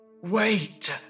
Wait